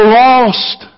lost